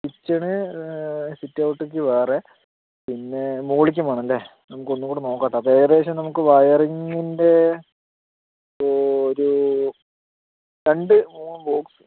kitchen sit ഔട്ടിലേക്ക് വേറെ പിന്നെ മുകളിലേക്കും വേണം അല്ലേ നമുക്ക് ഒന്നുകൂടി നോക്കട്ടെ അപ്പോൾ ഏകദേശം നമുക്ക് വയറിങ്ങിൻ്റെ ഒരു രണ്ട് മൂന്ന് ബോക്സ്